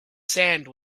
sand